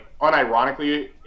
unironically